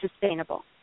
sustainable